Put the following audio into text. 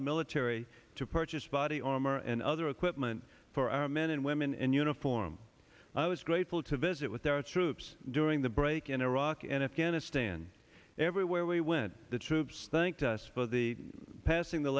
the military to purchase body armor and other equipment for our men and women in uniform i was grateful to visit with their troops during the break in iraq and afghanistan everywhere we went the troops thanked us for the passing the